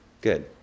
Good